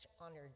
honored